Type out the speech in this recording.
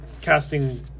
casting